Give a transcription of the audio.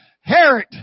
Herod